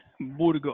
Burgos